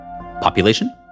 Population